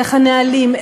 איך הנהלים,